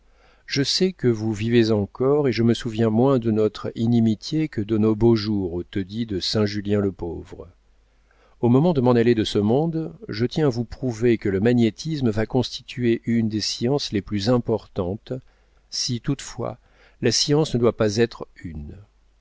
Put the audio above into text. je sais que vous vivez encore et je me souviens moins de notre inimitié que de nos beaux jours au taudis de saint julien le pauvre au moment de m'en aller de ce monde je tiens à vous prouver que le magnétisme va constituer une des sciences les plus importantes si toutefois la science ne doit pas être une